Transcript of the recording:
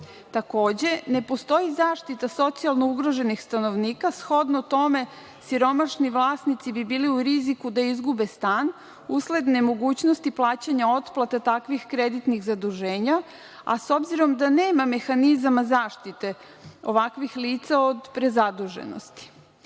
Takođe, ne postoji zaštita socijalno ugroženih stanovnika. Shodno tome, siromašni vlasnici bi bili u riziku da izgube stan usled nemogućnosti plaćanja otplate takvih kreditnih zaduženja, a s obzirom da nema mehanizama zaštite ovakvih lica od prezaduženosti.U